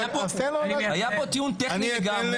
לא, היה פה טיעון טכני לגמרי.